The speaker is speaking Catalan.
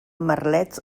merlets